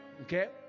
okay